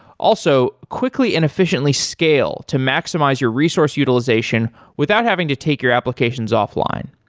also, quickly and efficiently scale to maximize your resource utilization without having to take your applications offline.